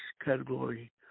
category